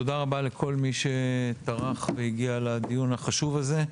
תודה רבה לכל מי שטרח והגיע לדיון החשוב הזה.